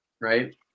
right